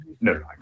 no